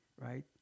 right